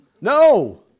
No